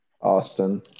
Austin